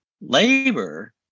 labor